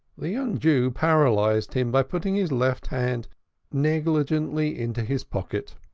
the young jew paralyzed him by putting his left hand negligently into his pocket.